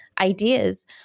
ideas